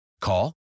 Call